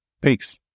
Peace